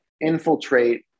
infiltrate